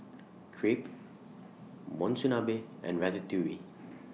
Crepe Monsunabe and Ratatouille